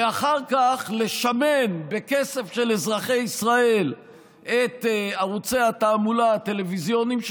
ואחר כך לשמן בכסף של אזרחי ישראל את ערוצי התעמולה הטלוויזיוניים שלכם,